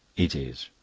it is.